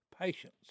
patience